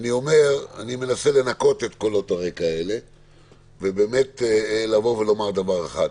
אני מנסה לנקות את קולות הרקע האלה ובאמת לבוא ולומר דבר אחד.